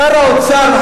שר האוצר,